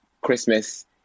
christmas